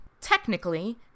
Technically